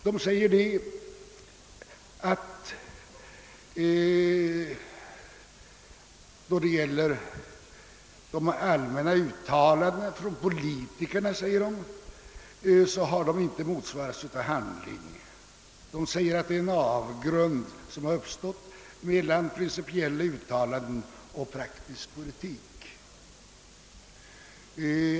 De säger att de allmänna uttalandena från politikerna inte har motsvarats av handling. De säger att en avgrund uppstått mellan principiella uttalanden och praktisk politik.